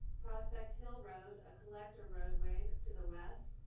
prospect hill road, a collector roadway to the west,